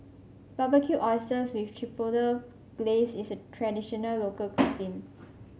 Barbecued Oysters with Chipotle Glaze is a traditional local cuisine